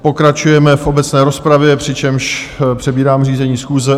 Pokračujeme v obecné rozpravě, přičemž přebírám řízení schůze.